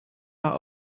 out